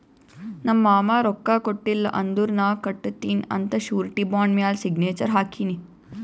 ನಮ್ ಮಾಮಾ ರೊಕ್ಕಾ ಕೊಟ್ಟಿಲ್ಲ ಅಂದುರ್ ನಾ ಕಟ್ಟತ್ತಿನಿ ಅಂತ್ ಶುರಿಟಿ ಬಾಂಡ್ ಮ್ಯಾಲ ಸಿಗ್ನೇಚರ್ ಹಾಕಿನಿ